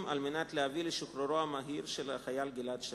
על מנת להביא לשחרורו המהיר של החייל גלעד שליט.